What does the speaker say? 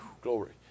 Glory